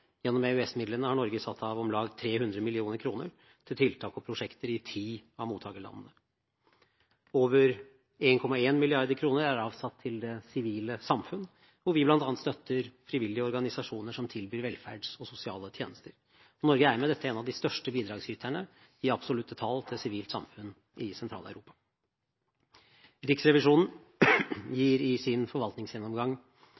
Gjennom EØS-midlene har Norge satt av om lag 300 mill. kr til tiltak og prosjekter i 10 av mottakerlandene. Over 1,1 mrd. kr er avsatt til det sivile samfunn, hvor vi bl.a. støtter frivillige organisasjoner som tilbyr velferds- og sosiale tjenester. Norge er med dette en av de største bidragsyterne i absolutte tall til sivilt samfunn i